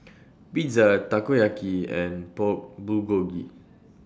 Pizza Takoyaki and Pork Bulgogi